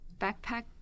backpack